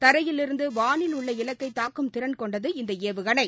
தரையிலிருந்து வானில் உள்ள இலக்கை தாக்கும் திறன் கொண்டது இந்த ஏவுகணை